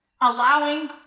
allowing